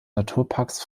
naturparks